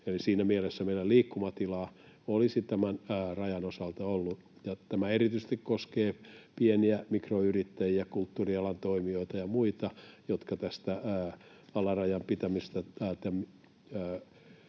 siinä mielessä meillä liikkumatilaa olisi tämän rajan osalta ollut. Tämä koskee erityisesti pieniä mikroyrittäjiä, kulttuurialan toimijoita ja muita, jotka tästä alarajan pitämisestä